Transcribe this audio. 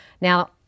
Now